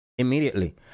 Immediately